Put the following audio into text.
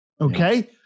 Okay